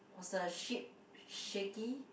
was the ship shaky